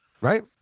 Right